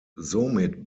somit